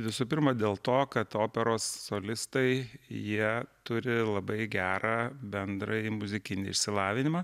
visų pirma dėl to kad operos solistai jie turi labai gerą bendrąjį muzikinį išsilavinimą